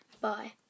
Bye